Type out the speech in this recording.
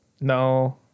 no